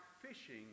fishing